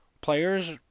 players